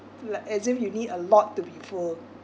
like as if you need a lot to be full